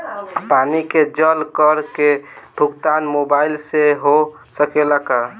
पानी के जल कर के भुगतान मोबाइल से हो सकेला का?